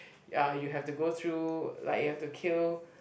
ya you have to go through like you have to kill